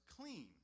clean